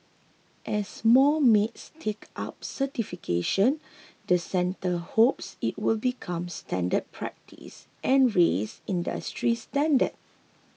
as more maids take up certification the centre hopes it will become standard practice and raise industry standards